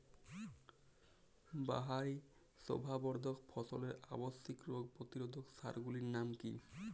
বাহারী শোভাবর্ধক ফসলের আবশ্যিক রোগ প্রতিরোধক সার গুলির নাম কি কি?